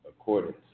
accordance